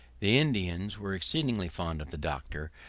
the indians were exceedingly fond of the doctor,